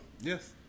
Yes